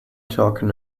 talking